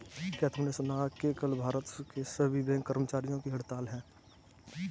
क्या तुमने सुना कि कल भारत के सभी बैंक कर्मचारियों की हड़ताल है?